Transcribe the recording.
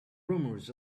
rumors